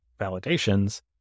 validations